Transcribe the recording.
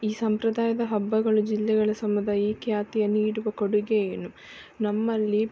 ಈ ಸಂಪ್ರದಾಯದ ಹಬ್ಬಗಳು ಜಿಲ್ಲೆಗಳ ಸಮುದಾಯ ಈ ಖ್ಯಾತಿಯ ನೀಡುವ ಕೊಡುಗೆ ಏನು ನಮ್ಮಲ್ಲಿ